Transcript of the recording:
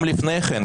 וגם לפני כן,